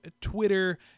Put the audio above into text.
Twitter